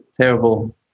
terrible